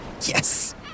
Yes